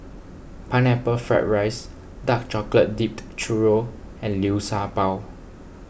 Pineapple Fried Rice Dark Chocolate Dipped Churro and Liu Sha Bao